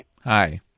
hi